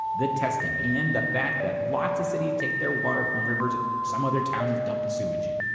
the testing and the fact that lots of cities take their water from rivers that some other town has dumped sewage in